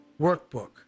workbook